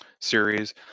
series